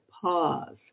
pause